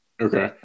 okay